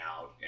out